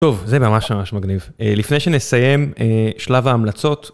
טוב, זה ממש ממש מגניב. אה... לפני שנסיים, אה... שלב ההמלצות.